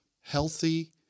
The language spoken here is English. healthy